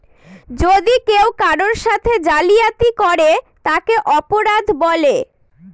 যদি কেউ কারোর সাথে জালিয়াতি করে তাকে অপরাধ বলে